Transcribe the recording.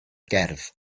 gerdd